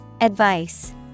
Advice